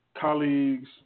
colleagues